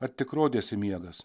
ar tik rodėsi miegąs